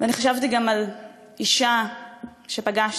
וחשבתי גם על אישה שפגשתי,